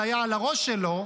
זה היה על הראש שלו,